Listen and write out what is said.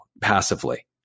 passively